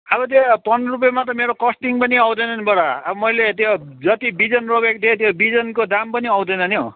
अब त्यो पन्ध्र रुपियाँमा त मेरो कस्टिङ पनि आउँदैन नि बडा अब मैले त्यो जति बिजन रोपेको थिएँ त्यो बिजनको दाम पनि आउँदैन नि हौ